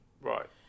Right